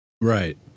right